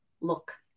Look